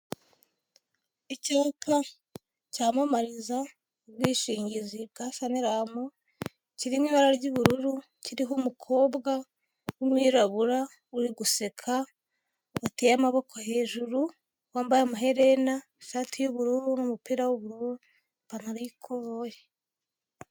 Icyapa cyamamariza ubwishingizi bwa Sanlam, kiri mu ibara ry'ubururu, kiriho umukobwa w'umwirabura uri guseka, wateye amaboko hejuru, wambaye amaherena, ishati y'ubururu, n'umupira w'ubururu, ipantaro y'ikoboyi.